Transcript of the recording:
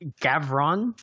Gavron